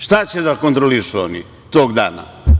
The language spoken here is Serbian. Šta će da kontrolišu oni tog dana?